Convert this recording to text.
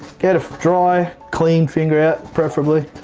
get a dry, clean finger out preferably.